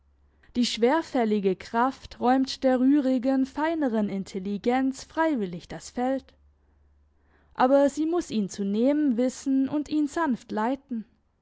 die schwerfällige kraft räumt der rührigen feineren intelligenz freiwillig das feld aber sie muss ihn zu nehmen wissen und ihn sanft leiten